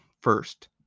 first